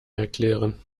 erklären